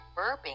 burping